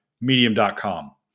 medium.com